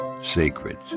sacred